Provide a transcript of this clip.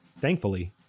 Thankfully